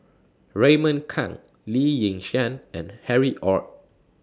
Raymond Kang Lee Yi Shyan and Harry ORD